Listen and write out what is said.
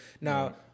now